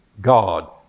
God